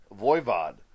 Voivod